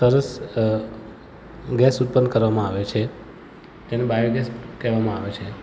સરસ ગૅસ ઉત્પન્ન કરવામાં આવે છે એને બાયોગૅસ કહેવામાં આવે છે